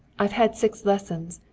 i've had six lessons,